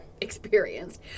experienced